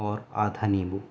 اور آدھا نیمبو